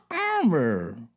armor